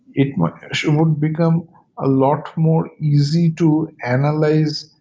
it would and would become a lot more easy to analyze,